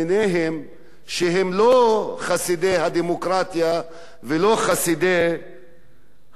שהם לא חסידי הדמוקרטיה ולא חסידי הפלורליזם.